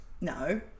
no